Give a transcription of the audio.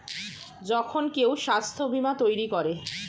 যখন কেউ স্বাস্থ্য বীমা তৈরী করে